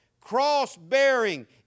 Cross-bearing